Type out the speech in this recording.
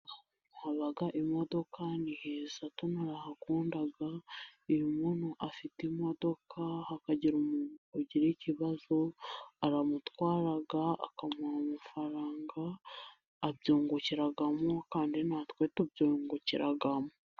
Haba imodoka ni heza ndahakunda, iyo umuntu afite imodoka hakagira umuntu ugira ikibazo aramutwara akamuha amafaranga abyungukiramo kandi natwe tubyungukiramo.